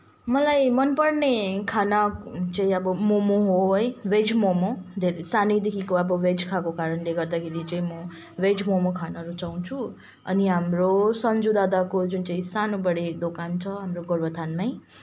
मलाई मनपर्ने खाना चाहिँ अब मोमो हो है भेज मोमो धेरै सानैदेखिको अब भेज खाएको कारणले गर्दाखेरि चाहिँ म भेज मोमो खान रुचाउँछु अनि हाम्रो सन्जु दादाको जुन चाहिँ सानोबडे दोकान छ हाम्रो गोरुबथानमै